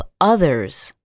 others